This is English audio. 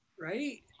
right